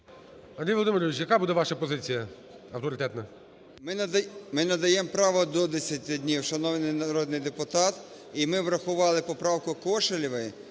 Андрій Володимирович, яка буде ваша позиція авторитетна? 17:14:21 ІВАНЧУК А.В. Ми надаємо право до 10 днів, шановний народний депутат. І ми врахували поправку Кошелєвої,